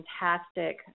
fantastic